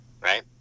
right